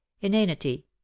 inanity